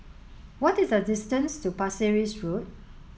what is the distance to Pasir Ris Road